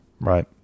Right